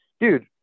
dude